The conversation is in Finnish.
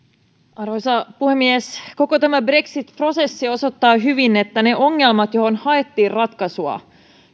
arvoisa puhemies koko tämä brexit prosessi osoittaa hyvin että ne ongelmat joihin haettiin ratkaisua